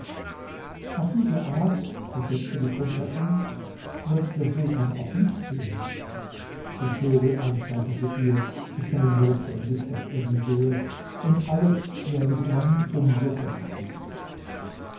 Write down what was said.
auf diese art versetzte die prinzessin wird der sultan auch mich sehen der vogel antwortete ihr es sei notwendig daß er sie sehe und alles werde dann um so besser gehen